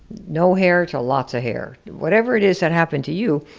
no hair to lots of hair, whatever it is that happened to you,